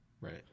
Right